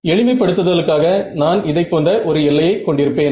எளிமைப் படுத்துதலுக்காக நான் இதைப்போன்ற ஒரு எல்லையை கொண்டிருப்பேன்